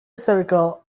circle